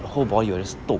the whole body will just toh